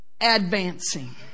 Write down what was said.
advancing